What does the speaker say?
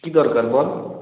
কী দরকার বল